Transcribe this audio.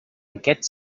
aquest